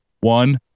One